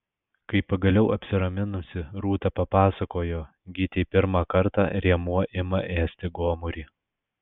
kai pagaliau apsiraminusi rūta papasakojo gytei pirmą kartą rėmuo ima ėsti gomurį